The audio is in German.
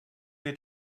wir